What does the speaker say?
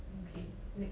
okay next